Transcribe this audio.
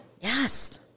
Yes